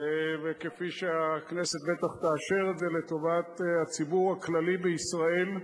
וכפי שהכנסת בוודאי תאשר את זה לטובת הציבור הכללי בישראל.